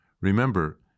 Remember